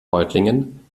reutlingen